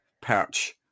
perch